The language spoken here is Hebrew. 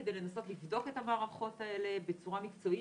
כדי לנסות לבדוק את המערכות האלה בצורה מקצועית.